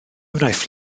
wnaiff